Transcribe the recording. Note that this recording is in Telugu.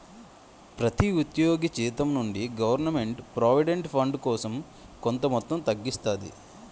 ప్రతి ఉద్యోగి జీతం నుండి గవర్నమెంట్ ప్రావిడెంట్ ఫండ్ కోసం కొంత మొత్తం తగ్గిస్తాది